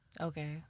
Okay